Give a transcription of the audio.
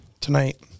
tonight